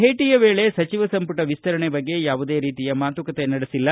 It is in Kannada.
ಭೇಟಿಯ ವೇಳೆ ಸಚಿವ ಸಂಪುಟ ವಿಸ್ತರಣೆ ಬಗ್ಗೆ ಯಾವುದೇ ರೀತಿಯ ಮಾತುಕತೆ ನಡೆಸಿಲ್ಲ